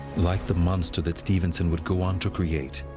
like the monster that stevenson would go on to create,